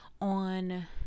on